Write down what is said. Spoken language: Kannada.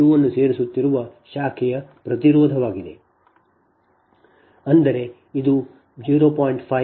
2 ಅನ್ನು ಸೇರಿಸುತ್ತಿರುವ ಶಾಖೆಯ ಪ್ರತಿರೋಧವಾಗಿದೆ ಅಂದರೆ ಇದು 0